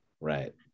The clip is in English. Right